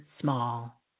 small